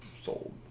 sold